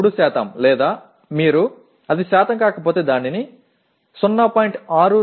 3 లేదా మీరు అది శాతం కాకపోతే దానిని 0